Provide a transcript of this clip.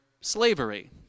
slavery